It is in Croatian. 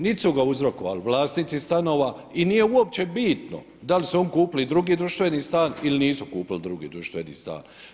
Nit su ga uzrokovali vlasnici stanova i nije uopće bitno da li su oni kupili drugi društveni stan ili nisu kupili drugi društveni stan.